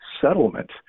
settlement